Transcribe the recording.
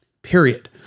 Period